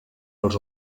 als